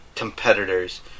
competitors